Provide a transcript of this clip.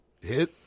hit